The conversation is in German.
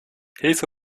hilfe